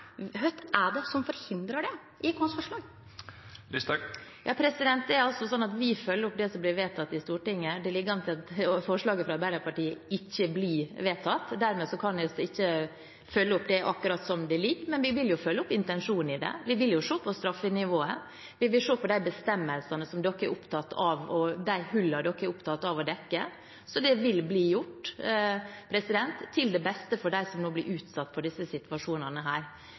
er det som forhindrar det i vårt forslag? Vi følger opp det som blir vedtatt i Stortinget, og det ligger an til at forslaget fra Arbeiderpartiet ikke blir vedtatt. Dermed kan vi ikke følge det opp akkurat slik det ligger. Men vi vil jo følge opp intensjonen i det, vi vil se på straffenivået, vi vil se på de bestemmelsene som dere i Arbeiderpartiet er opptatt av, og de hullene som dere er opptatt av å dekke. Så det vil bli gjort – til beste for dem som nå blir utsatt for disse situasjonene.